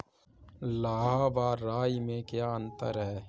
लाह व राई में क्या अंतर है?